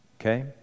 Okay